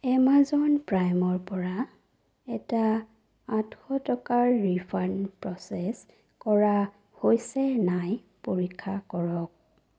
Amazon প্ৰাইমৰ পৰা এটা আঠশ টকাৰ ৰিফাণ্ড প্ৰচেছ কৰা হৈছে নাই পৰীক্ষা কৰক